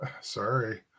Sorry